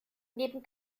neben